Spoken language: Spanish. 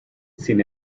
sin